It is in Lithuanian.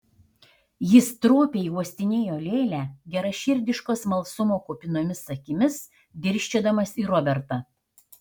jis stropiai uostinėjo lėlę geraširdiško smalsumo kupinomis akimis dirsčiodamas į robertą